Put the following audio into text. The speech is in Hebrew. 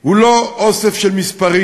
הוא לא אוסף של מספרים,